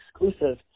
exclusive